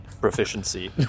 proficiency